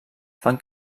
fan